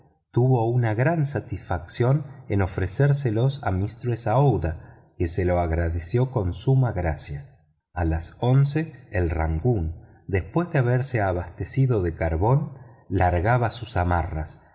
tuvo una gran satisfacción en ofrecerlos a aouida que se lo agradeció con suma gracia a las once el rangoon después de haberse abastecido de carbón largaba sus amarras